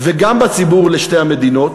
וגם בציבור לשתי המדינות